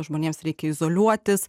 žmonėms reikia izoliuotis